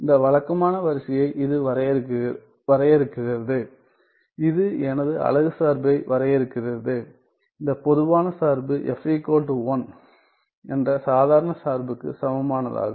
இந்த வழக்கமான வரிசையை இது வரையறுக்கிறது இது எனது அலகு சார்பை வரையறுக்கிறது இந்த பொதுவான சார்பு f 1 என்ற சாதாரண சார்புக்கு சமமானதாகும்